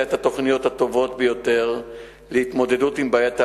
את התוכניות הטובות ביותר להתמודדות עם בעיית האלימות,